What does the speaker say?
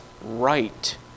right